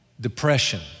depression